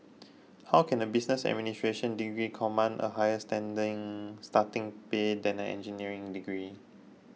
how can a business administration degree command a higher standing starting pay than an engineering degree